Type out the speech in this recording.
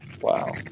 Wow